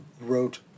wrote